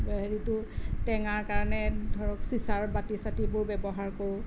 হেৰিটো টেঙাৰ কাৰণে ধৰক চিচাৰ বাতি চাতিবোৰ ব্যৱহাৰ কৰোঁ